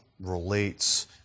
relates